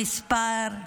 המספר,